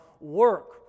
work